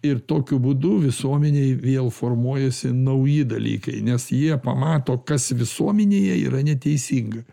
ir tokiu būdu visuomenėj vėl formuojasi nauji dalykai nes jie pamato kas visuomenėje yra neteisinga